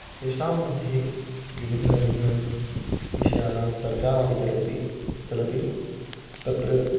तेषां मध्ये विभिन्नभिन्न विषयाणां चर्चामपि चलोति चलति तत्र